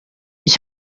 ich